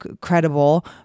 credible